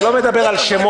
אני לא מדבר על שמות.